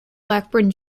blackburn